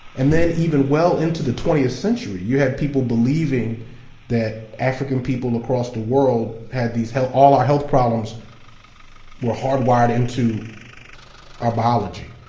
and then, even well into the twentieth century, you had people believing that african people across the world had these, all our health problems were hardwired into our biology.